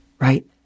right